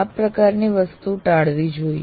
આ પ્રકારની વસ્તુ ટાળવી જોઈએ